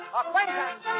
acquaintance